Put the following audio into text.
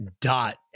dot